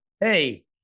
hey